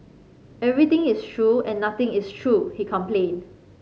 everything is true and nothing is true he complained